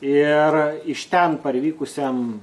ir iš ten parvykusiem